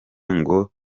ngo